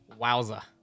Wowza